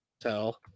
tell